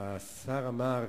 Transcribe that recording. השר אמר,